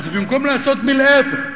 אז במקום לעשות להיפך,